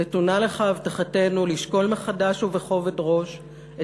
נתונה לך הבטחתנו לשקול מחדש ובכובד ראש את